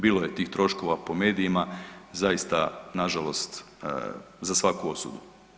Bilo je tih troškova po medijima, zaista na žalost za svaku osudu.